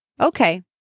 Okay